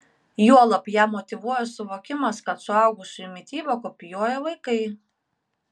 juolab ją motyvuoja suvokimas kad suaugusiųjų mitybą kopijuoja vaikai